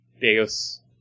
Deus